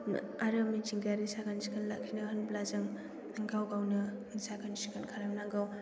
आरो मिथिंगायारि साखोन सिखोन लाखिनो होनब्ला जों गाव गावनो साखोन सिखोन खालामनांगौ